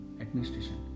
administration